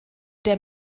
der